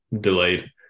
delayed